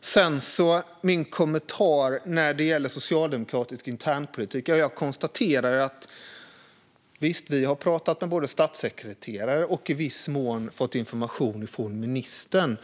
Sedan var det min kommentar till den socialdemokratiska internpolitiken. Jag konstaterar att vi har pratat med statssekreterare och i viss mån fått information från ministern.